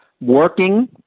working